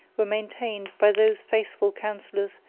were maintained by those faithful counsellors,